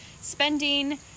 spending